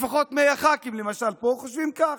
לפחות מאה ח"כים פה למש חושבים כך.